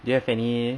do you have any